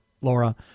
Laura